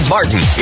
Martin